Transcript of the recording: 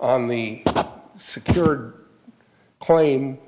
on the secured claim